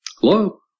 Hello